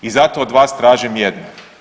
I zato od vas tražim jedno.